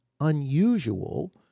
unusual